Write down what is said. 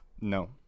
no